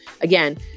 again